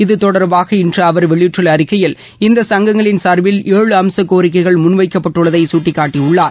இது தொடர்பாக இன்று அவர் வெளியிட்டுள்ள அறிக்கையில் இந்த சங்கங்களின் சார்பில ்ஏழு அம்ச கோரிக்கைகள் முன் வைக்கப்பட்டுள்ளதை சுட்டிக்காட்டியுள்ளார்